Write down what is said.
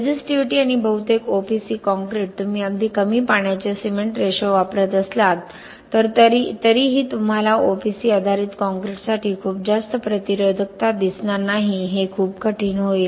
resistivity आणि बहुतेक OPC concrete तुम्ही अगदी कमी पाण्याचे सिमेंट रेशो वापरत असलात तरीही तुम्हाला ओपीसी आधारित कॉंक्रिटसाठी खूप जास्त प्रतिरोधकता दिसणार नाही हे खूप कठीण होईल